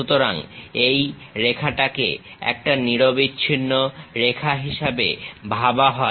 সুতরাং এই রেখাটাকে একটা নিরবিচ্ছিন্ন রেখা হিসেবে ভাবা হয়